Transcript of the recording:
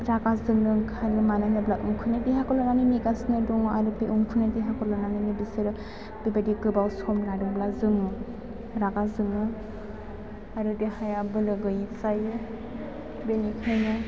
रागा जोंनो ओंखारो मानो होनोब्ला उखैनाय देहाखौ लानानै नेगासिनो दङ आरो बे उखैनाय देहाखौ लानानै बिसोरो बेबायदि गोबाव सम लादोंब्ला जोङो रागा जोङो आरो देहाया बोलो गैयि जायो बेनिखायनो